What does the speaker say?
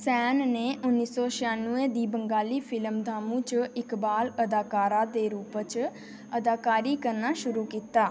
सैन ने उन्नी सौ छिआनवे दी बंगाली फिल्म दामू च इक बाल अदाकारा दे रूपा च अदाकारी करना शुरू कीता